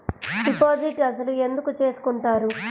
Deposit అసలు ఎందుకు చేసుకుంటారు?